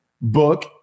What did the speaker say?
book